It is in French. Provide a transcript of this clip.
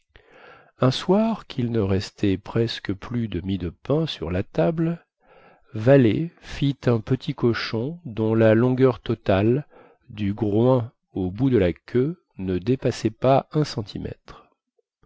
un soir quil ne restait presque plus de mie de pain sur la table vallée fit un petit cochon dont la longueur totale du groin au bout de la queue ne dépassait pas un centimètre